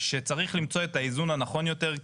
שצריך למצוא את האיזון הנכון יותר.